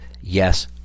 Yes